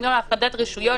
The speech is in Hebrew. בגלל הפרדת רשויות,